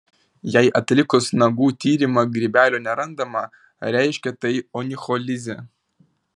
jei atlikus nagų tyrimą grybelio nerandama reiškia tai onicholizė